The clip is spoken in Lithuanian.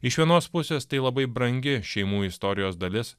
iš vienos pusės tai labai brangi šeimų istorijos dalis